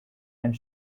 and